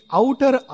outer